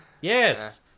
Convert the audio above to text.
Yes